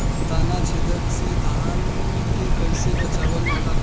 ताना छेदक से धान के कइसे बचावल जाला?